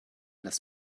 das